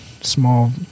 small